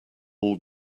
all